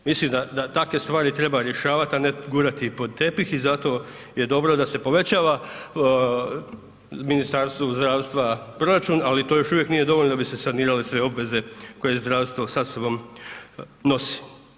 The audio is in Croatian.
Mislim da, da takve stvari treba rješavat, a ne gurat ih pod tepih i zato je dobro da se povećava Ministarstvu zdravstva proračun, ali to još uvijek nije dovoljno da bi se sanirale sve obveze koje zdravstvo sa sobom nosi.